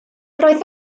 roedd